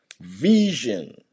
vision